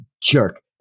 jerk